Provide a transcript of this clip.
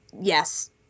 yes